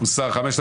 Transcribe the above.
הרוויזיה הוסרה.